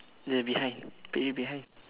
the behind behind